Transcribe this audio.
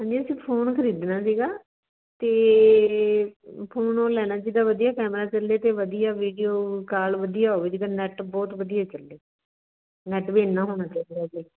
ਹਾਂਜੀ ਅਸੀਂ ਫੋਨ ਖਰੀਦਣਾ ਸੀਗਾ ਅਤੇ ਫੋਨ ਉਹ ਲੈਣਾ ਜਿਹਦਾ ਵਧੀਆ ਕੈਮਰਾ ਚੱਲੇ ਅਤੇ ਵਧੀਆ ਵੀਡੀਓ ਕਾਲ ਵਧੀਆ ਹੋਵੇ ਜਿਹਦਾ ਨੈੱਟ ਬਹੁਤ ਵਧੀਆ ਚੱਲੇ ਨੈਟ ਵੀ ਇੰਨਾ ਹੋਣਾ ਚਾਹੀਦਾ ਜੇ